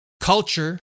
culture